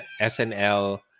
SNL